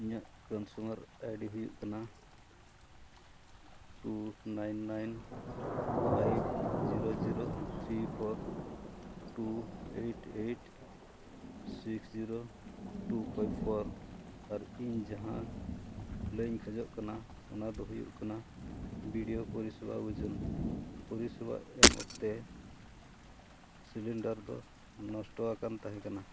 ᱤᱧᱟᱹᱜ consumer ID ᱰᱤ ᱦᱩᱭᱩᱜ ᱠᱟᱱᱟ two nine nine five zero zero three four two eight eight six zero two five four ᱟᱨ ᱤᱧ ᱡᱟᱦᱸ ᱞᱟᱹᱭ ᱤᱧ ᱠᱷᱚᱡᱚᱜ ᱠᱟᱱᱟ ᱚᱱᱟᱫᱚ ᱦᱩᱭᱩᱜ ᱠᱟᱱᱟ ᱵᱤᱰᱤᱭᱳ ᱯᱚᱨᱤᱥᱮᱵᱟ ᱵᱩᱡᱩᱱ ᱯᱚᱨᱤᱥᱮᱵᱟ ᱮᱢ ᱚᱠᱛᱮ ᱥᱤᱞᱤᱱᱰᱟᱨ ᱫᱚ ᱱᱚᱥᱴᱚ ᱟᱠᱟᱱ ᱛᱟᱦᱮᱸ ᱠᱟᱱᱟ